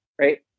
Right